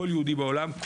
כל יהודי בעולם,